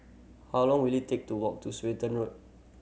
how long will it take to walk to Swetten Road